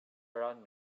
around